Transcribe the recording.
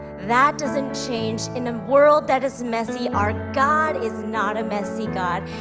that doesn't change in a world that is messy our god is not a messy god.